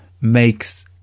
makes